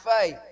faith